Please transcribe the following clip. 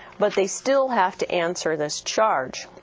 but they still have to answer this charge.